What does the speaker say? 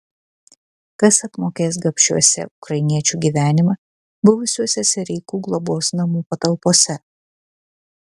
kas apmokės gabšiuose ukrainiečių gyvenimą buvusiuose sereikų globos namų patalpose